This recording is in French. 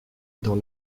dans